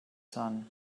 son